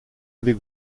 avec